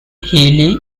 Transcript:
healy